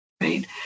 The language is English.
Right